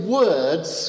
words